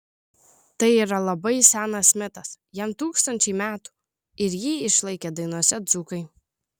tai yra labai senas mitas jam tūkstančiai metų ir jį išlaikė dainose dzūkai